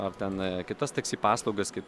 ar ten kitas taksi paslaugas kaip